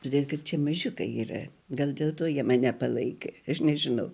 todėl kad čia mažiukai yra gal dėl to jie mane palaikė aš nežinau